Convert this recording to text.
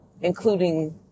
including